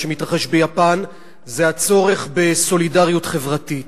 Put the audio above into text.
שמתרחש ביפן זה הצורך בסולידריות חברתית,